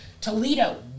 Toledo